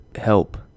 help